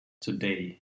today